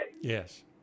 Yes